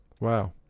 Wow